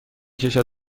کشد